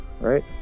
right